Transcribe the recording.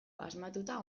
asmatuta